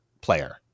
player